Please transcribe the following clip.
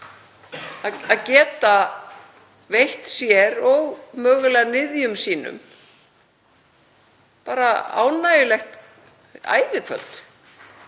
og geta veitt sér og mögulega niðjum sínum ánægjulegt ævikvöld,